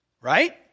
Right